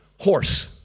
horse